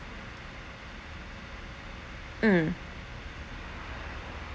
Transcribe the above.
mm